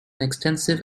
extensive